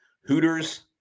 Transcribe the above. Hooters